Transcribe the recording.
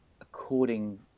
according